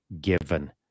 given